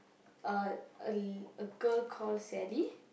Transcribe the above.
a a a girl called Sally